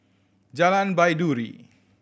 Jalan Baiduri